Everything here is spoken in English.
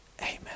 Amen